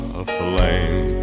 aflame